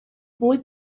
boy